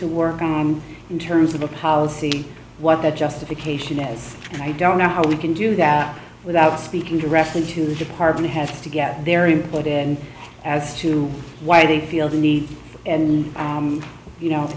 to work on in terms of the policy what the justification as i don't know how we can do that without speaking directly to the department has to get their input in as to why they feel the need and you know